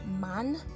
man